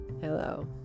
Hello